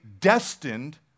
destined